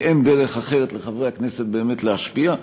כי אין דרך אחרת לחברי הכנסת באמת להשפיע.